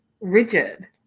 rigid